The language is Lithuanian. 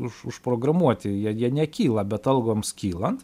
už užprogramuoti jie jie nekyla bet algoms kylant